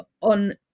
on